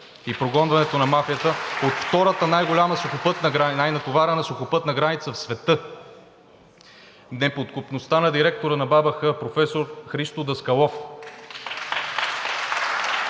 и прогонването на мафията от втората най-натоварена сухопътна граница в света; неподкупността на директора на БАБХ професор Христо Даскалов;